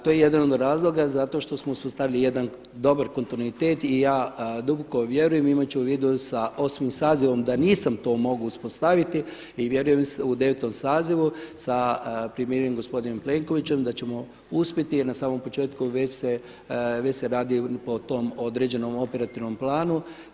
To je jedan od razloga zato što smo uspostavili jedan dobar kontinuitet i ja duboko vjerujem imajući u vidu sa 8, sazivom da nisam to mogao uspostaviti, i vjerujem u 9. sazivu sa premijerom gospodinom Plenkovićem da ćemo uspjeti jer na samom početku već se radio po tom određenom operativnom planu.